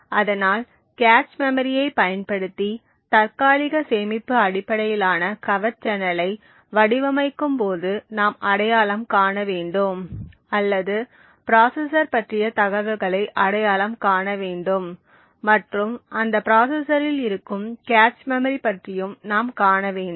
அதனால் cache memory ஐப் பயன்படுத்தி தற்காலிக சேமிப்பு அடிப்படையிலான கவர்ட் சேனலை வடிவமைக்கும் போது நாம் அடையாளம் காண வேண்டும் அல்லது ப்ராசசர் பற்றிய தகவல்களை அடையாளம் காண வேண்டும் மற்றும் அந்த ப்ராசசர் இல் இருக்கும் கேச் மெமரி பற்றியும் நாம் காண வேண்டும்